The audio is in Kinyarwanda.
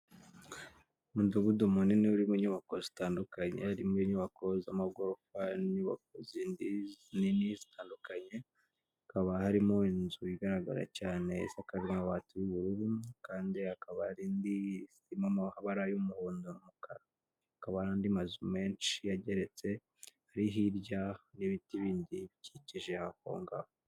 Umudugudu munini uri mo inyubako zitandukanye: harimo inyubako z'amagorofa, harimo inyubako zindi nini zitandukanye, hakaba harimo inzu igaragara cyane isakajwe amabati y'ubururu kandi hakaba hari indi irimo amabara y'umuhondo n'umukara, hakaba n'andi mazu menshi ageretse ari hirya n'ibiti bindi bikikije hafi aho ngaho.